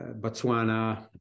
Botswana